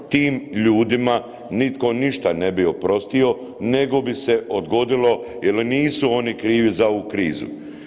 Tim ljudima nitko ništa ne bi oprostio nego bi se odgodilo jel nisu oni krivi za ovu krizu.